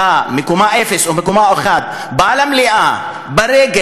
אתה מקומה 0 או מקומה 1 בא למליאה ברגל,